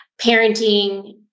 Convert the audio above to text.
parenting